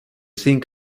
think